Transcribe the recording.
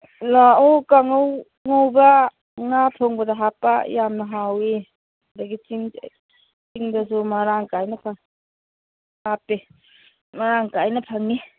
ꯂꯥꯛꯑꯣ ꯀꯥꯡꯉꯧ ꯉꯧꯕ ꯉꯥ ꯊꯣꯡꯕꯗ ꯍꯥꯞꯄ ꯌꯥꯝꯅ ꯍꯥꯎꯋꯤ ꯑꯗꯒꯤ ꯆꯤꯡꯗꯁꯨ ꯃꯔꯥꯡ ꯀꯥꯏꯅ ꯍꯥꯞꯄꯤ ꯃꯔꯥꯡ ꯀꯥꯏꯅ ꯐꯪꯏ